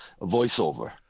voiceover